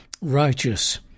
righteous